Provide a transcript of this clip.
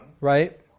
Right